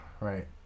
right